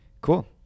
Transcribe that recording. Cool